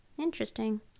Interesting